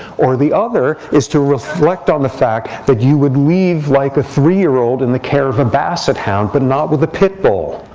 or the other is to reflect on the fact that you would leave like a three-year-old in the care of a basset hound, but not with a pit bull.